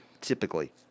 typically